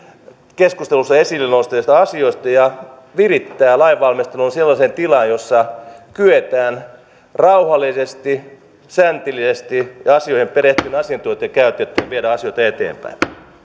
keskusteluissa esille nousseista asioista ja virittää lainvalmistelun sellaiseen tilaan jossa kyetään rauhallisesti säntillisesti ja asioihin perehtyneiden asiantuntijoiden käytöllä viemään asioita eteenpäin